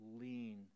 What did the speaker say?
lean